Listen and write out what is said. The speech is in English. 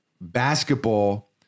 basketball